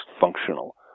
functional